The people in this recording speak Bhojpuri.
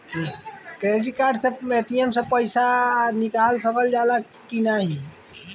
क्रेडिट कार्ड से ए.टी.एम से पइसा निकाल सकल जाला की नाहीं?